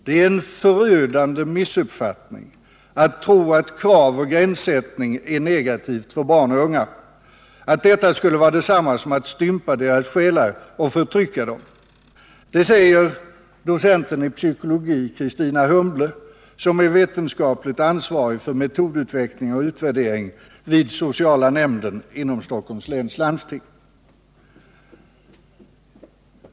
Det är en förödande missuppfattning att tro att krav och gränssättning är negativa för barn och unga, att detta skulle vara detsamma som att stympa deras själar och förtrycka dem — det säger docenten i psykologi Kristina Humble, som är vetenskapligt ansvarig för metodutveckling och utvärdering vid sociala nämnden inom Stockholms läns landsting.